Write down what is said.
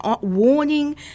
warning